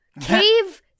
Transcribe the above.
Cave